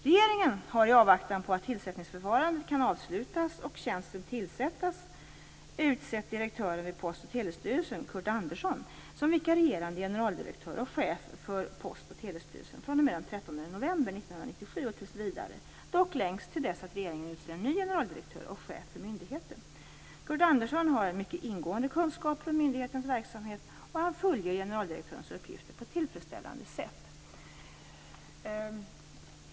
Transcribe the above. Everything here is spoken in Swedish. Regeringen har i avvaktan på att tillsättningsförfarandet kan avslutas och tjänsten tillsättas utsett direktören vid Post och telestyrelsen Curt Andersson som vikarierande generaldirektör och chef för Post och telestyrelsen fr.o.m. den 13 november 1997 och tills vidare, dock längst till dess att regeringen utser en ny generaldirektör och chef för myndigheten. Curt Andersson har mycket ingående kunskaper om myndighetens verksamhet, och han fullgör generaldirektörens uppgifter på ett tillfredsställande sätt.